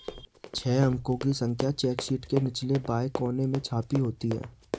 छह अंकों की संख्या चेक शीट के निचले बाएं कोने में छपी होती है